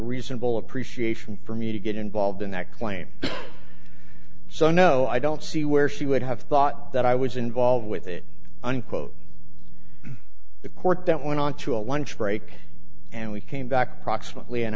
reasonable appreciation for me to get involved in that claim so no i don't see where she would have thought that i was involved with it unquote the court that went on to a lunch break and we came back proximately an